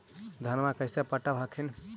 धन्मा कैसे पटब हखिन?